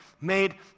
made